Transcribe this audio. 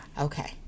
Okay